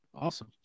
Awesome